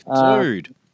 dude